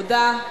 תודה.